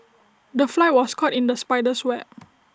the fly was caught in the spider's web